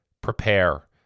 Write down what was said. prepare